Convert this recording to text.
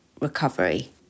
recovery